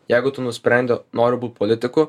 jeigu tu nusprendi noriu būt politiku